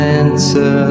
answer